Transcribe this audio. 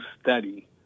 study